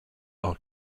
are